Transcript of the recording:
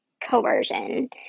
coercion